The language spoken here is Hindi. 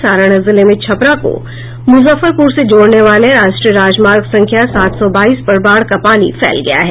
सारण जिले में छपरा को मुजफ्फरपुर से जोड़ने वाले राष्ट्रीय राजमार्ग संख्या सात सौ बाईस पर बाढ़ का पानी फैल गया है